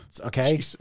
Okay